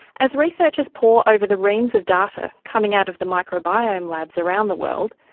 as researchers pore over the reams of data coming out of the microbiome labs around the world,